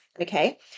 okay